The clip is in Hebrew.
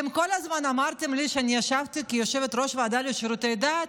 כשאני ישבתי כיושבת-ראש הוועדה לשירותי דת,